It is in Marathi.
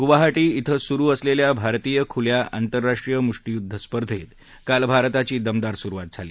गुवाहा इथं सुरु असलेल्या भारतीय खुल्या आंतरराष्ट्रीय मुष्टीयुद्ध स्पर्धेत काल भारताची दमदार सुरुवात झाली